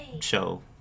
show